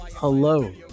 Hello